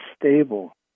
stable